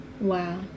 Wow